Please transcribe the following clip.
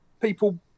people